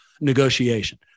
negotiation